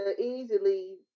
easily